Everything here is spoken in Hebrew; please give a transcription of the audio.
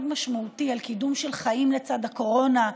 משמעותי על קידום של חיים לצד הקורונה,